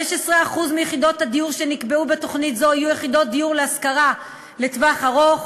15% מיחידות הדיור שנקבעו בתוכנית זו יהיו יחידות דיור להשכרה לטווח ארוך